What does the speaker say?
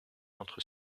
entre